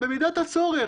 במידת הצורך,